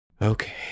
Okay